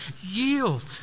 yield